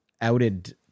Outed